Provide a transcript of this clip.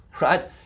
right